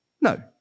No